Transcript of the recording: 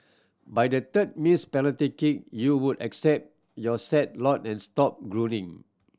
by the third missed penalty kick you would accept your sad lot and stopped groaning